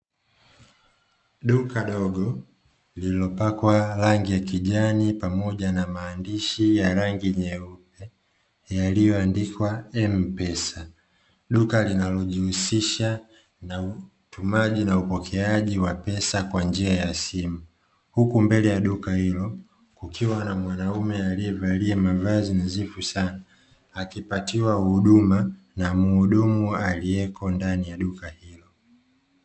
Duka dogo lililopakwa rangi ya kijani pamoja na maandishi ya rangi nyeusi yalioandikwa mpesa, duka linalojihusisha na maji na upokeaji wa pesa kwa njia ya simu huku mbele ya duka hilo ukiwa na mwanaume aliyevalia mavazi nazifu sana hakipatiwa huduma na muhudumu aliyeko ndani ya duka hilo.